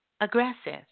aggressive